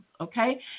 okay